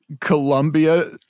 Columbia